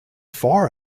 far